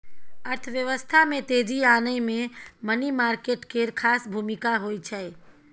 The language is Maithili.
अर्थव्यवस्था में तेजी आनय मे मनी मार्केट केर खास भूमिका होइ छै